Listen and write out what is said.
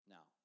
Now